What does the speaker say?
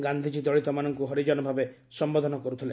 ଗାନ୍ଧିଜୀ ଦଳିତମାନଙ୍କୁ ହରିଜନ ଭାବେ ସମ୍ବୋଧନ କରୁଥିଲେ